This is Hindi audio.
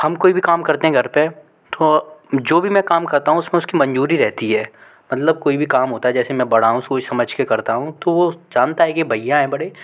हम कोई भी काम करते है घर पर तो जो भी काम करता हूँ उस में उसकी मंज़ूरी रहती है मतलब कोई भी काम होता है जैसे मैं बड़ा हूँ सोच समझ के करता हूँ तो वो जनता है कि भैया है बड़े